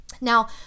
Now